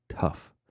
tough